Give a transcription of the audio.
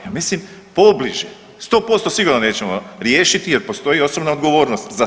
Ja mislim pobliže, 100% sigurno nećemo riješiti jer postoji osobna odgovornost za sve.